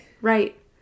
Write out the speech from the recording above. Right